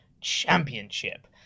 Championship